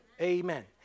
Amen